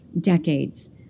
decades